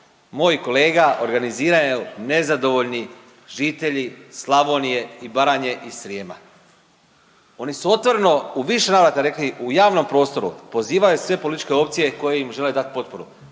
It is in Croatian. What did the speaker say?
moj kolega organiziraju nezadovoljni žitelji Slavonije i Baranje i Srijema. Oni su otvoreno u više navrata rekli u javnom prostoru, pozivaju sve političke opcije koje im žele dat potporu.